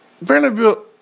Vanderbilt